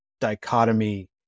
dichotomy